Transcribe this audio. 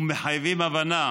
ומחייבים הבנה,